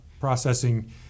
processing